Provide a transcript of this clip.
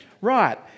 Right